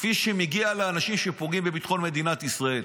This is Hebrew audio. כפי שמגיע לאנשים שפוגעים בביטחון מדינת ישראל.